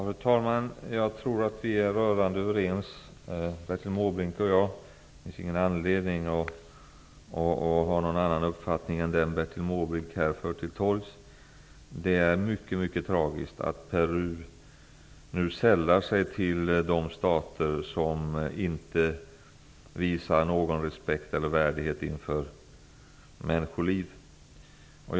Fru talman! Jag tror att Bertil Måbrink och jag är rörande överens. Det finns ingen anledning att ha någon annan uppfattning än den Bertil Måbrink här för till torgs. Det är mycket, mycket tragiskt att Peru nu sällar sig till de stater som inte visar någon respekt eller värdighet inför människoliv. Fru talman!